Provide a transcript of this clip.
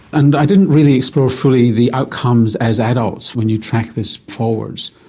and i didn't really explore fully the outcomes as adults when you track this forwards.